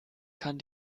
kann